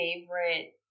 favorite